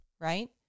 right